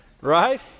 Right